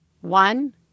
One